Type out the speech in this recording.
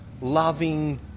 loving